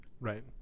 Right